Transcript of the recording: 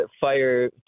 fire